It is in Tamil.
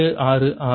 226 ஆகும்